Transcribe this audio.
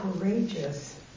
courageous